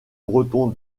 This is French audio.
breton